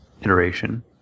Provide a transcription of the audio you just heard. iteration